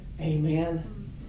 Amen